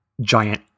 giant